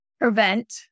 prevent